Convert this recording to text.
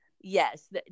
yes